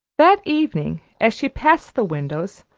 that evening, as she passed the windows,